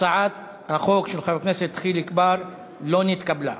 הצעת החוק של חבר הכנסת חיליק בר לא נתקבלה.